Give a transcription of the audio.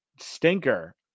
stinker